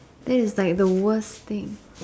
that is like the worst thing